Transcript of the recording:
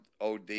OD